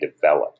develop